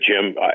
Jim